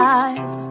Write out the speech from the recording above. eyes